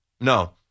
No